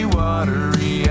watery